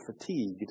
fatigued